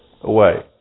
away